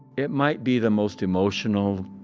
it might be the most emotional,